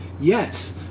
yes